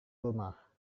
rumah